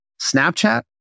Snapchat